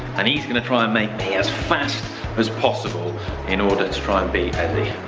and he's going to try and make me as fast as possible in order to try and beat eddie.